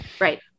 right